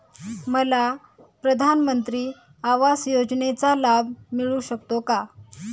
मला प्रधानमंत्री आवास योजनेचा लाभ मिळू शकतो का?